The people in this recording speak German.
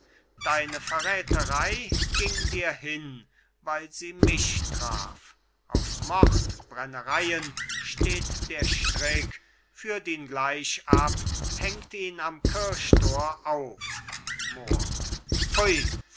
deine verräterei ging dir hin weil sie mich traf auf mordbrennereien steht der strick führt ihn gleich ab hängt ihn am kirchtor auf mohr